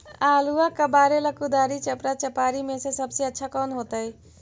आलुआ कबारेला कुदारी, चपरा, चपारी में से सबसे अच्छा कौन होतई?